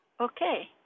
Okay